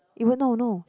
you won't know you know